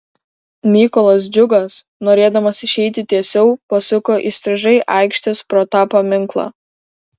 mykolas džiugas norėdamas išeiti tiesiau pasuko įstrižai aikštės pro tą paminklą